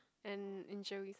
and injuries